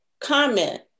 comment